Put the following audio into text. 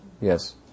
Yes